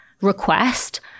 request